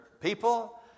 people